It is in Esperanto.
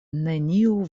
neniu